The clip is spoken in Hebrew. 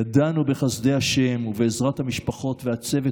ידענו בחסדי השם ובעזרת המשפחות והצוות